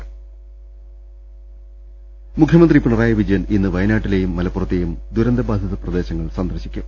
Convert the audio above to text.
ള്ള ൽ മുഖ്യമന്ത്രി പിണറായി വിജയൻ ഇന്ന് വയനാട്ടിലെയും മലപ്പുറ ത്തെയും ദുരന്തബാധിത പ്രദേശങ്ങൾ സന്ദർശിക്കും